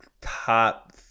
top